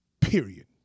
Period